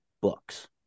books